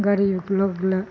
गरीब लोग लए